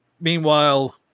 Meanwhile